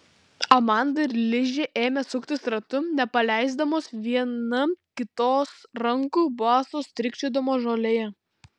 amanda ir ližė ėmė suktis ratu nepaleisdamos viena kitos rankų basos strykčiodamos žolėje